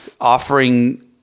offering